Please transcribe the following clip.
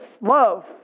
love